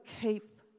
keep